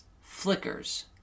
flickers